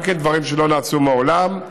גם הם דברים שלא נעשו מעולם,